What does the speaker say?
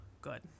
Good